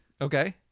Okay